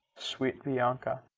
sweet bianca!